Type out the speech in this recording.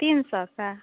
तीन सौ का